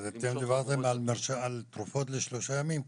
דיברתם על תרופות לשלושה ימים.